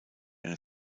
eine